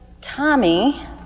Tommy